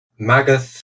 Magath